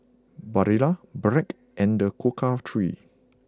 Barilla Bragg and The Cocoa Trees